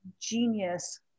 genius